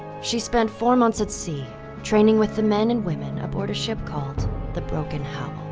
she spent four months at sea training with the men and women aboard a ship called the broken howl.